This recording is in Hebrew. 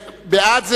מי שיצביע בעד,